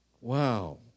Wow